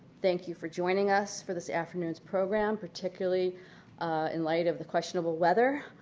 thank you for joining us for this afternoon's program, particularly in light of the questionable weather.